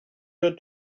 your